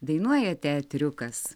dainuoja teatriukas